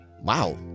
wow